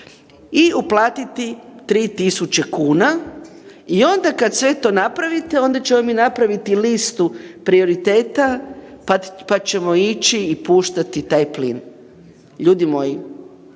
i uplatiti 3.000 kuna i onda kad sve to napravite onda ćemo mi napraviti listu prioriteta pa ćemo ići i puštati taj plin. Ljudi moji,